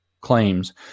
claims